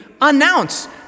announce